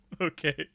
Okay